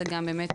זה גם באמת,